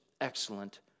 excellent